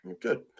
good